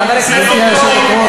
גברתי היושבת-ראש.